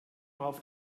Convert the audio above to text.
auf